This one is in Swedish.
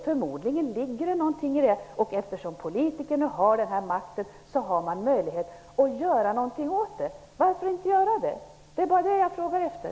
Förmodligen ligger det någonting i det, och eftersom politikerna har makten har vi möjlighet att göra någonting åt det. Varför inte göra det? Det är bara det jag frågar efter.